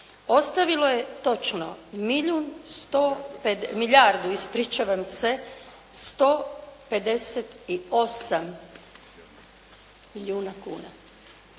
Ostavilo je točno milijardu 158 milijuna kuna.